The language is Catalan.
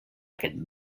aquest